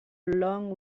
long